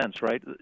right